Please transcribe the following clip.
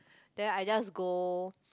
then I just go